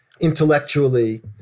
intellectually